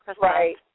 Right